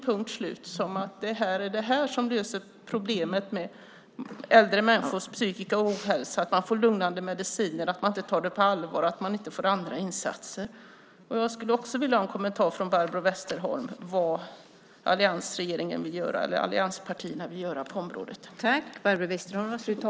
Punkt slut, som om detta löser problemen med äldre människors psykiska ohälsa: att man får lugnande mediciner, att man inte tar det på allvar, att man inte får andra insatser. Jag vill ha en kommentar från Barbro Westerholm om vad allianspartierna vill göra.